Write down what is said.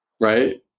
Right